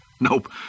Nope